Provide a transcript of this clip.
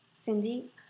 Cindy